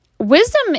wisdom